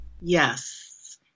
Yes